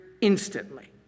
instantly